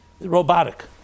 robotic